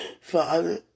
Father